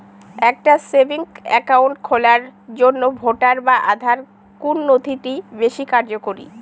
একটা savings account খোলার জন্য ভোটার বা আধার কোন নথিটি বেশী কার্যকরী?